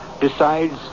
decides